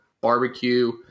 barbecue